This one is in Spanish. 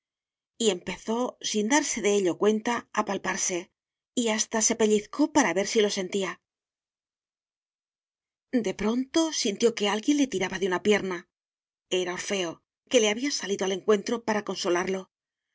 y empezó sin darse de ello cuenta a palparse y hasta se pellizcó para ver si lo sentía de pronto sintió que alguien le tiraba de una pierna era orfeo que le había salido al encuentro para consolarlo al